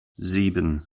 sieben